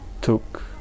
took